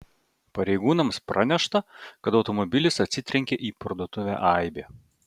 pareigūnams pranešta kad automobilis atsitrenkė į parduotuvę aibė